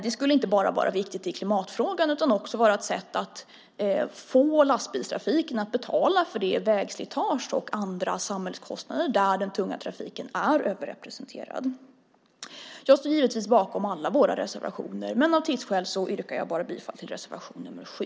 Det skulle inte bara vara viktigt i klimatfrågan utan också vara ett sätt att få lastbilstrafiken att betala för vägslitage och andra samhällskostnader där den tunga trafiken är överrepresenterad. Jag står givetvis bakom alla våra reservationer, men av tidsskäl yrkar jag bifall bara till reservation nr 7.